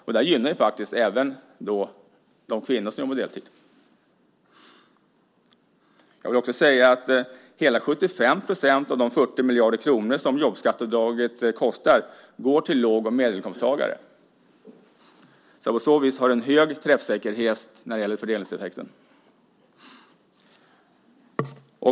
Det gynnar faktiskt även de kvinnor som jobbar deltid. Jag vill också säga att hela 75 % av de 40 miljarder kronor som jobbskatteavdraget kostar går till låg och medelinkomsttagare. På så vis har det en hög träffsäkerhet när det gäller fördelningseffekten.